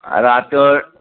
हा राति जो